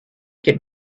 get